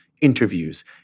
interviews